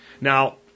Now